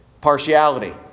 Partiality